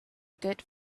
good